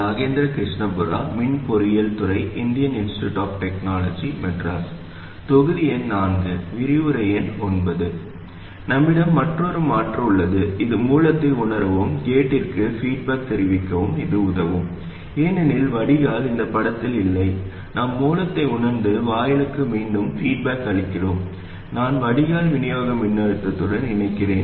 நம்மிடம் மற்றொரு மாற்று உள்ளது இது மூலத்தை உணரவும் கேட்டிற்கு பீட்பாக் தெரிவிக்கவும் இது உதவும் ஏனெனில் வடிகால் இந்த படத்தில் இல்லை நாம் மூலத்தை உணர்ந்து வாயிலுக்கு மீண்டும் பீட்பாக் அளிக்குறோம் நான் வடிகால் விநியோக மின்னழுத்தத்துடன் இணைக்கிறேன்